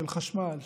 של חשמל,